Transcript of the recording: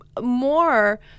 more